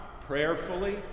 prayerfully